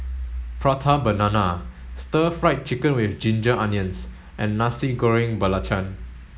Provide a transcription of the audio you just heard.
prata banana stir fry chicken with ginger onions and Nasi Goreng Belacan